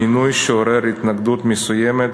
מינוי שעורר התנגדות מסוימת,